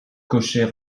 cocher